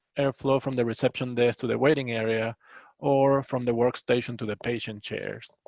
airflow from the reception desk to the waiting area or from the workstation to the patient chairs.